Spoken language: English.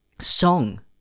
song